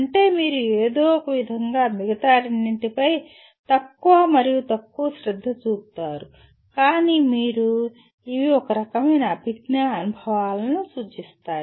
అంటే మీరు ఏదో ఒకవిధంగా మిగతా రెండింటిపై తక్కువ మరియు తక్కువ శ్రద్ధ చూపుతారు కానీ మీరు ఇవి ఒక రకమైన అభిజ్ఞా అనుభవాలను సూచిస్తాయి